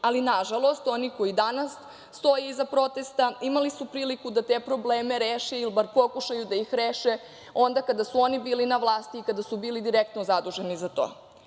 ali nažalost, oni koji danas stoje iza protesta imali su priliku da te probleme reše ili bar pokušaju da ih reše onda kada su oni bili na vlasti i kada su bili direktno zaduženi za